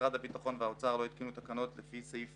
ומשרדי הביטחון והאוצר לא התקינו תקנות לפי סעיף